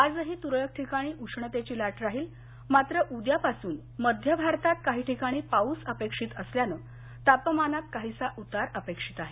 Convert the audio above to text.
आजही तुरळक ठिकाणी उष्णतेची लाट राहील मात्र उद्यापासून मध्य भारतात काही ठिकाणी पाऊस अपेक्षित असल्यानं तापमानात काहीसा उतार अपेक्षित आहे